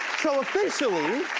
so officially.